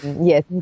Yes